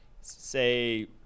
Say